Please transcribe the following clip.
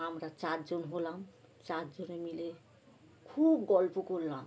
আমরা চারজন হলাম চারজনে মিলে খুব গল্প করলাম